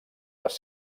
les